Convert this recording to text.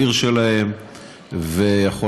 זה יכול להיות מחוץ לעיר שלהם ויכול